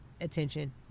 attention